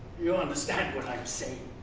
you understand what i'm saying.